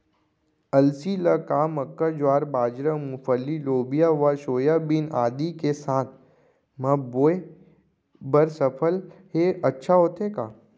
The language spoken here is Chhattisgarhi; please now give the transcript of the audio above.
अलसी ल का मक्का, ज्वार, बाजरा, मूंगफली, लोबिया व सोयाबीन आदि के साथ म बोये बर सफल ह अच्छा होथे का?